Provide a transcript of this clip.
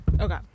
Okay